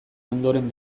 ondoren